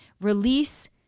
release